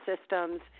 systems